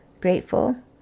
grateful